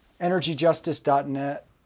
energyjustice.net